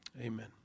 amen